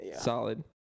Solid